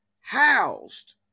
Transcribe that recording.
housed